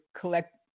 collect